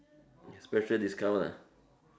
you have special discount ah